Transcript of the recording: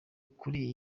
kuri